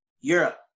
europe